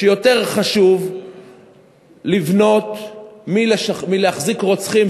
שיותר חשוב לבנות מלהחזיק רוצחים,